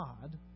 God